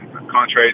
contrary